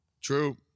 True